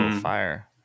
fire